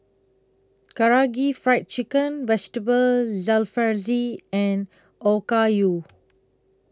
Karaage Fried Chicken Vegetable Jalfrezi and Okayu